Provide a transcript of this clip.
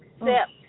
accept